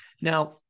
Now